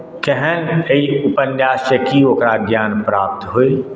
केहन एहि उपन्याससँ की ओकरा ज्ञान प्राप्त होइ